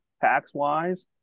tax-wise